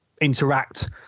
interact